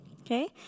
Okay